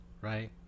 right